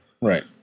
Right